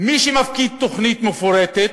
מי שמפקיד תוכנית מפורטת,